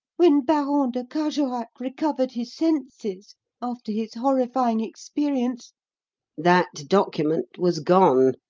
when baron de carjorac recovered his senses after his horrifying experience that document was gone?